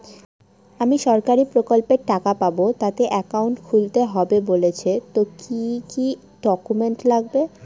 আমি সরকারি প্রকল্পের টাকা পাবো তাতে একাউন্ট খুলতে হবে বলছে তো কি কী ডকুমেন্ট লাগবে?